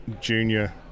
junior